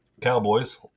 Cowboys